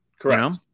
correct